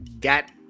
got